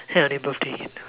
ya only birthday you can do